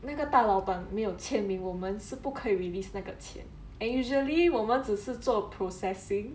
那个大老板没有签名我们是不可 release 那个钱 and usually 我们只是做 processing